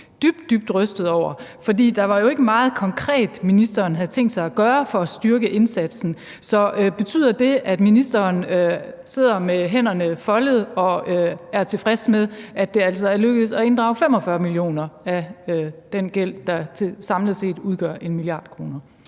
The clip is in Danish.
dybt rystet over. For der var jo ikke meget konkret, ministeren havde tænkt sig at gøre for at styrke indsatsen. Så betyder det, at ministeren sidder med hænderne foldet og er tilfreds med, at det altså er lykkedes inddrive 45 mio. kr. af den gæld, der samlet set udgør 1 mia. kr.?